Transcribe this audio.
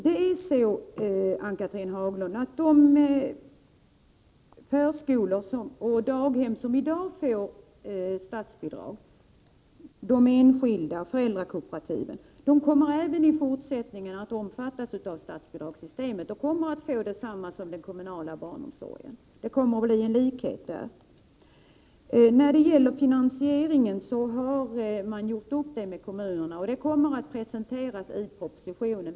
Det är så, Ann-Cathrine Haglund, att de förskolor, daghem och enskilda föräldrakooperativ som i dag får statsbidrag även i fortsättningen kommer att omfattas av statsbidragssystemet och få samma stöd som den kommunala barnomsorgen. När det gäller finansieringen har man gjort upp det med kommunerna. Förslaget kommer att presenteras i propositionen.